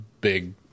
big